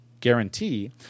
guarantee